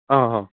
आं हां